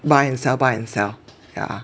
buy and sell buy and sell yeah